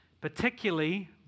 particularly